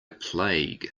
plague